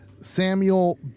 Samuel